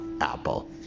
Apple